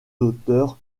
d’auteur